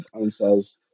answers